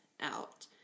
out